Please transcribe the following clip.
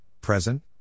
present